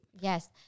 Yes